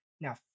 Now